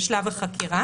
בשלב החקירה